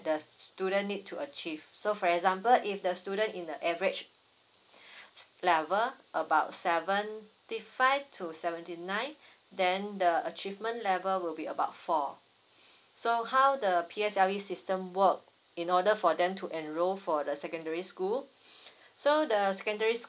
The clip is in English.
the student need to achieve so for example if the student in the average level about seventy five to seventy nine then the achievement level will be about four so how the P_S_L_E system work in order for them to enroll for the secondary school so the secondary school